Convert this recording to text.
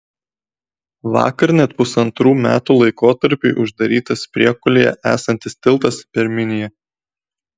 vakar net pusantrų metų laikotarpiui uždarytas priekulėje esantis tiltas per miniją